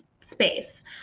space